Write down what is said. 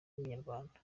inyarwanda